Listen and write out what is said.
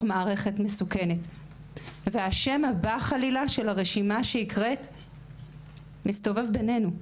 מערכת מסוכנת והשם הבא חלילה של הרשימה שהקראת מסתובב בינינו.